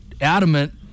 adamant